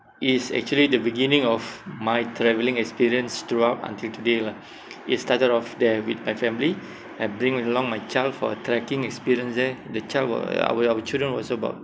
is actually the beginning of my travelling experience throughout until today lah it started off there with my family I bring along my child for a trekking experience there the child was our our children was about